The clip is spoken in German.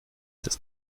das